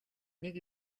нэг